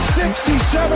67